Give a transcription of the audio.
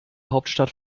hauptstadt